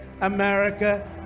America